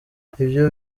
ibyo